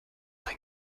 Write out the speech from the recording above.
dein